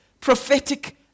Prophetic